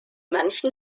manchen